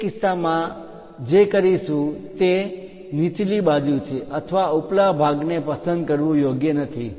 તે કિસ્સામાં આપણે જે કરીશું તે નીચલી બાજુ છે ઉપલા ભાગને પસંદ કરવું યોગ્ય નથી